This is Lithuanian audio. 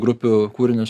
grupių kūrinius